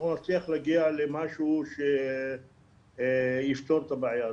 אנחנו נצליח להגיע למשהו שיפתור את הבעיה הזאת.